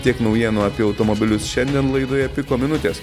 tiek naujienų apie automobilius šiandien laidoje piko minutės